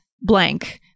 blank